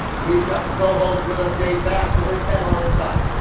we've got the cohost with us, dave bash. so let's head on inside.